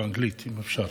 באנגלית אם אפשר.